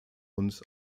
und